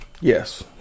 Yes